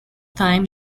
time